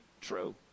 true